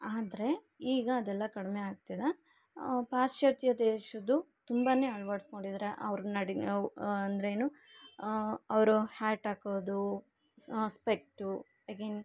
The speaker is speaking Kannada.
ಆದರೆ ಈಗ ಅದೆಲ್ಲ ಕಡಿಮೆ ಆಗ್ತಿದೆ ಪಾಶ್ಚಾತ್ಯ ದೇಶದ್ದು ತುಂಬಾ ಅಳ್ವಡಿಸ್ಕೊಂಡಿದಾರೆ ಅವ್ರ ನಡಿ ಅವು ಅಂದರೇನು ಅವರು ಹ್ಯಾಟ್ ಹಾಕೋದು ಸ್ಪೆಕ್ಟು ಎಗೈನ್